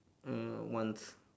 uh once